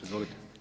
Izvolite.